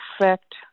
effect